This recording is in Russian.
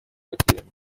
потерям